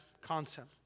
concept